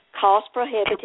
cost-prohibitive